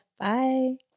Bye